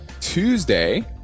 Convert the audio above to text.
Tuesday